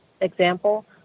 example